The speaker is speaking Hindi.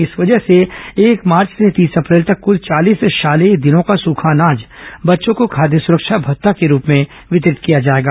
इस वजह से एक मार्च से तीस अप्रैल तक कुल चालीस शालेय दिनों का सूखा अनाज बच्चों को खाद्य सुरक्षा भत्ता के रूप में वितरित किया जाएगा